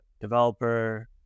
developer